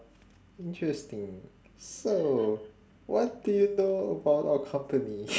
interesting so what do you know about our company